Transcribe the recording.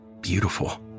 beautiful